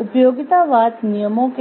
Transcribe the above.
उपयोगितावाद के दो फोरम